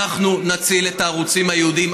1. אנחנו נציל את הערוצים הייעודיים.